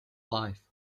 life